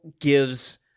gives